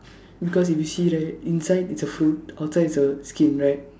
because if you see right inside it's a fruit outside it's a skin right